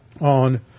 on